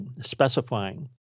specifying